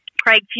Craig